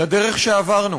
על הדרך שעברנו.